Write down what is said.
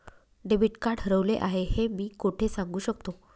Debit card हरवले आहे हे मी कोठे सांगू शकतो?